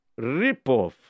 Ripoff